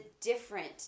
different